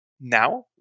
now